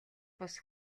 бус